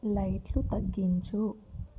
లైట్లు తగ్గించు